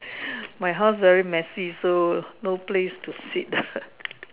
my house very messy so no place to sit